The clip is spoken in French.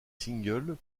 singles